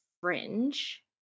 Fringe